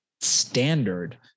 standard